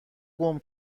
گـم